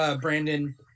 Brandon